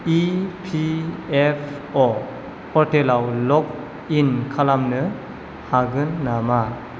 EPFO हटेलाव login खालामनो हागोन नामा